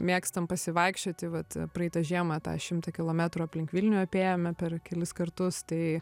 mėgstam pasivaikščioti vat praeitą žiemą tą šimtą kilometrų aplink vilnių apėjome per kelis kartus tai